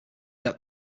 that